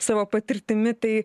savo patirtimi tai